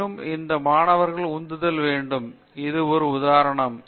இன்றும் இந்த மாணவர்களுக்கு உந்துதல் வேண்டும் இது ஒரு உதாரணம்